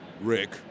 Rick